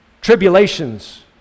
Tribulations